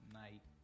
night